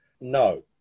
No